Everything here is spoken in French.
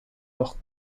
leur